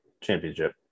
championship